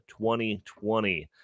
2020